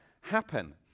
happen